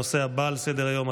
הנושא הבא על סדר-היום,